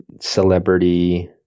celebrity